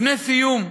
לפני סיום,